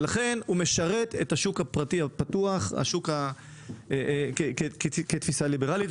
ולכן הוא משרת את השוק הפרטי הפתוח כתפיסה ליברלית.